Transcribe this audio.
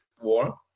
war